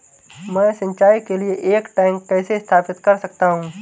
मैं सिंचाई के लिए एक टैंक कैसे स्थापित कर सकता हूँ?